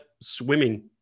swimming